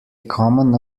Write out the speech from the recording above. common